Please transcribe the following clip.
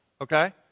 okay